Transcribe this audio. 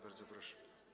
Bardzo proszę.